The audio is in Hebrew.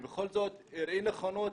ובכל זאת הראה נכונות.